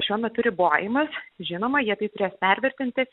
šiuo metu ribojimas žinoma jie tai turės pervertinti